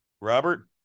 robert